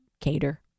cater